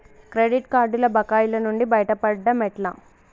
Credit కార్డుల బకాయిల నుండి బయటపడటం ఎట్లా?